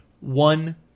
One